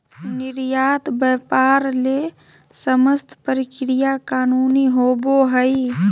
निर्यात व्यापार ले समस्त प्रक्रिया कानूनी होबो हइ